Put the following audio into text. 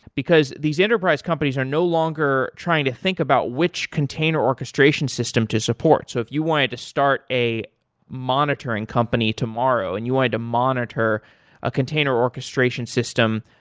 because these enterprise companies are no longer trying to think about which container orchestration system to support. so if you wanted to start a monitoring company tomorrow and you wanted to monitor a container orchestration system,